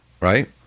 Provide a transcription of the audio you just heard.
right